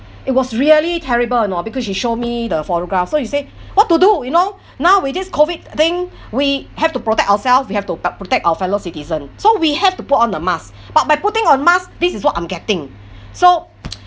it was really terrible you know because she show me the photograph so you say what to do you know now with this COVID thing we have to protect ourselves we have to protect our fellow citizens so we have to put on a mask but by putting on mask this is what I'm getting so